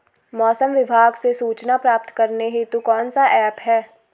मौसम विभाग से सूचना प्राप्त करने हेतु कौन सा ऐप है?